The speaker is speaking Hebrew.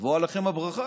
תבוא עליכם הברכה.